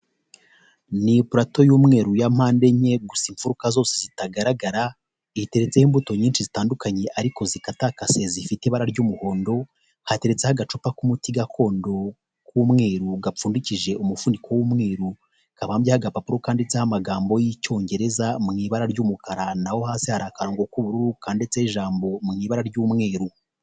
Ni iparato y'umweru ya mpande enye gusa imfuruka zose zitagaragara iteretseho imbuto nyinshi zitandukanye ariko zikatakase zifite ibara ry'umuhondo hateretseho agacupa k'umuti gakondo k'umweru gapfundikishije umuvufuniko w'umweruru kababyeho agapapuro kanditseho amagambo y'icyongereza mu ibara ry'umukara naho hasi hari akantu k'ubururu kanditseho n'ijambo mu ibara ry'umweru.